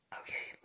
okay